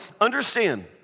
understand